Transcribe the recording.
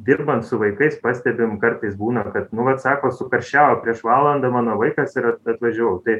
dirbant su vaikais pastebim kartais būna kad nu vat sako sukarščiavo prieš valandą mano vaikas ir atvažiavau tai